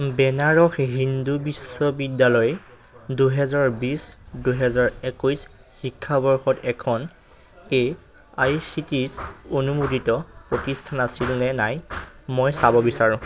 বেনাৰস হিন্দু বিশ্ববিদ্যালয় দুহেজাৰ বিছ দুহেজাৰ একৈছ শিক্ষাবৰ্ষত এখন এ আই চি টিজ অনুমোদিত প্ৰতিষ্ঠান আছিলনে নাই মই চাব বিচাৰোঁ